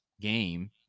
game